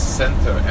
center